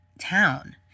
town